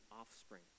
offspring